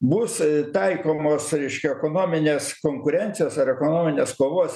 bus taikomos reiškia ekonominės konkurencijos ar ekonominės kovos